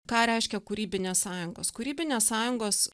ką reiškia kūrybinės sąjungos kūrybinės sąjungos